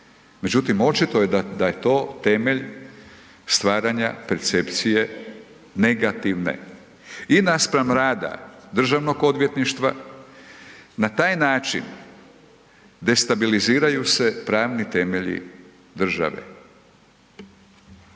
međutim očito je da je to temelj stvaranja percepcije negativne i naspram rada Državnog odvjetništva. Na taj način destabiliziraju se pravni temelji države.